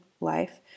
life